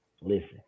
listen